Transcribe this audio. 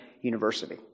university